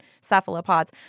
cephalopods